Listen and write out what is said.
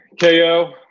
KO